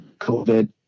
COVID